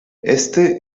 este